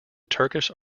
turkish